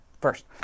First